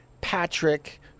Patrick